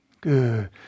Good